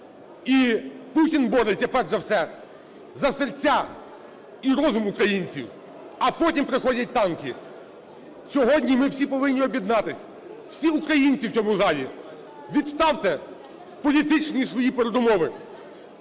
І Путін бореться, перш за все, за серця і розум українців, а потім приходять танки. Сьогодні ми всі повинні об'єднатися, всі українці в цьому залі. Відставте політичні свої передумови,